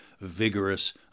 vigorous